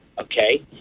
Okay